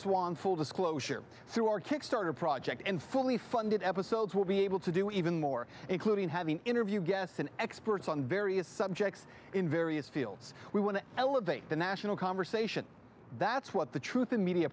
swan full disclosure through our kickstarter project and fully funded episodes will be able to do even more including having interview guests and experts on various subjects in various fields we want to elevate the national conversation that's what the truth and media